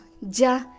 ja